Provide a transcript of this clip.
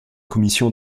commission